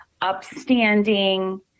upstanding